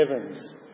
heavens